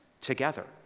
together